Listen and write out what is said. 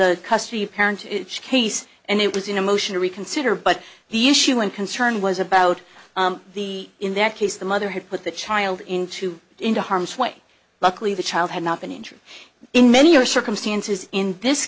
a custody parent case and it was in a motion to reconsider but the issue and concern was about the in that case the mother had put the child into into harm's way luckily the child had not been injured in many or circumstances in this